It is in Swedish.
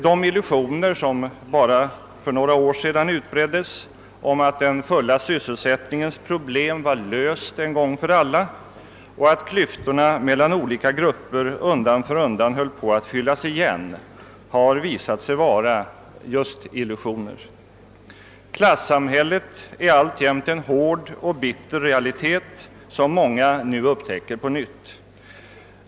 De illusioner som bara för några år sedan utbreddes om att den fulla sysselsättningens problem var löst en gång för alla och att klyftorna mellan olika grupper undan för undan höll på att fyllas igen har visat sig vara just illusioner. Klassamhället är alltjämt en hård och bitter realitet som många nu upptäcker på nytt.